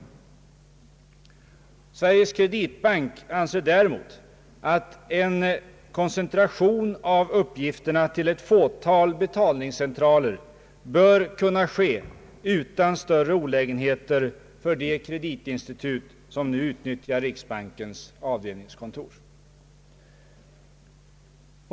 Sveriges Kreditbank anser däremot att »en koncentration av uppgifter ——— till ett fåtal betalningscentraler bör kunna ske utan större olägenheter för de kreditinstitut som nu utnyttjar riksbankens avdelningskontor».